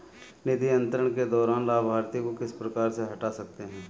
निधि अंतरण के दौरान लाभार्थी को किस प्रकार से हटा सकते हैं?